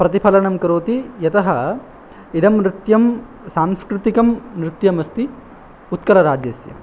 प्रतिफलनं करोति यतः इदं नृत्यं सांस्कृतिकं नृत्यमस्ति उत्कलराज्यस्य